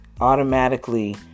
automatically